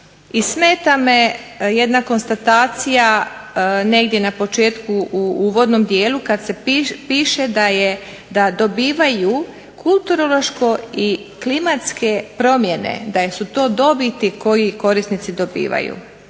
smeta me jedna konstatacija negdje na početku u uvodnom dijelu kada se piše da dobivaju kulturološko i klimatske promjene da su to dobiti koji korisnici dobivaju,